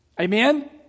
Amen